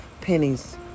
pennies